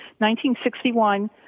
1961